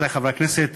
רבותי חברי הכנסת,